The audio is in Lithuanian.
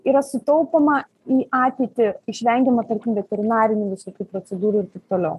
yra sutaupoma į ateitį išvengiama tarkim veterinarinių visokių procedūrų ir taip toliau